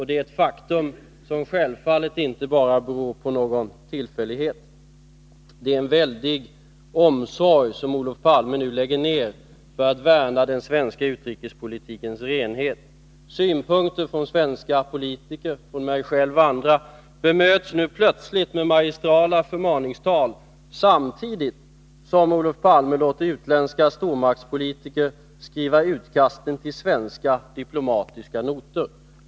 Det är ett faktum, och självfallet är det inte en tillfällighet. Med synnerligen god omsorg värnar nu Olof Palme den svenska utrikespolitikens renhet. Synpunkter från svenska politiker, från mig själv och andra, bemöts plötsligt med magistrala förmaningstal. Samtidigt låter Olof Palme utländska stormaktspolitiker skriva utkasten till svenska diplomatiska noter.